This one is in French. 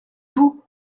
vous